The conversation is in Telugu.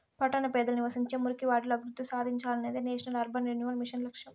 పట్టణ పేదలు నివసించే మురికివాడలు అభివృద్ధి సాధించాలనేదే నేషనల్ అర్బన్ రెన్యువల్ మిషన్ లక్ష్యం